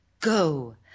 Go